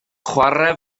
chwaraea